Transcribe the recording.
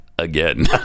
again